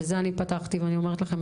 בזה אני פתחתי ואני אומרת לכם,